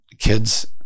kids